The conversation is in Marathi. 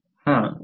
हा 1